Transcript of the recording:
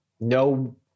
no